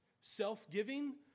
Self-giving